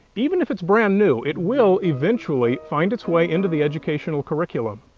even if it's brand new it will eventually find its way into the educational curriculum.